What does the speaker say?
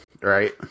right